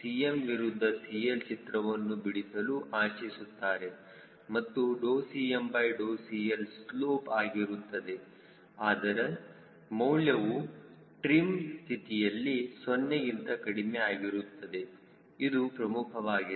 Cm ವಿರುದ್ಧ CL ಚಿತ್ರವನ್ನು ಬಿಡಿಸಲು ಆಶಿಸುತ್ತಾರೆ ಮತ್ತು CmCLಸ್ಲೋಪ್ ಆಗಿರುತ್ತದೆ ಅದರ ಮೌಲ್ಯವು ಟ್ರಿಮ್ ಸ್ಥಿತಿಯಲ್ಲಿ 0 ಗಿಂತ ಕಡಿಮೆ ಆಗಿರುತ್ತದೆ ಇದು ಪ್ರಮುಖವಾಗಿದೆ